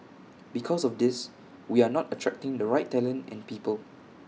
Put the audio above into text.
because of this we are not attracting the right talent and people